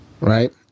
Right